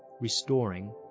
restoring